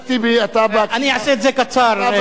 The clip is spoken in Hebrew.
אתה בקי, אני אעשה את זה קצר.